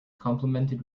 complimented